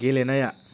गेलेनाया